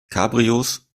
cabrios